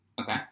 Okay